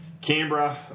Canberra